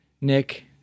Nick